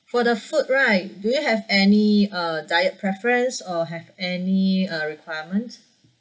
for the food right do you have any uh diet preference or have any uh requirement